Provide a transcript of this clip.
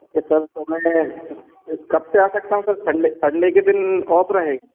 okay sir तो मैं कब से आ सकता हूँ सर संडे संडे के दिन ऑफ रहेगा